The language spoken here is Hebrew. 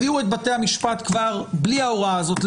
הביאו את בתי המשפט להחמיר בלי ההוראה הזאת.